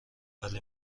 ولی